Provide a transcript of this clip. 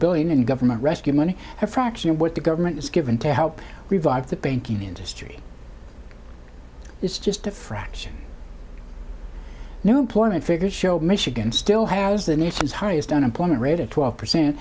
billion in government rescue money a fraction of what the government has given to help revive the banking industry is just a fraction new employment figures show michigan still has the nation's highest unemployment rate of twelve percent